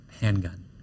handgun